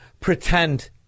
pretend